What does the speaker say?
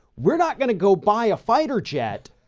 we're not going to go buy a fighter jet,